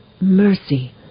mercy